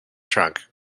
trunk